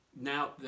Now